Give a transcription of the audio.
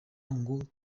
ngo